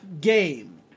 ...game